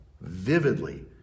vividly